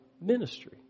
ministry